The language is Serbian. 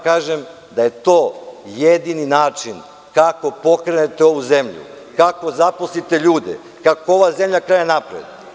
Kažem vam da je to jedini način kako da pokrenete ovu zemlju, kako da zaposlite ljude, kako da ova zemlja krene napred.